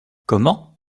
comment